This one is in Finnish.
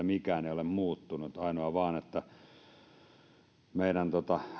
mikään ei ole muuttunut ainoa vain että meidän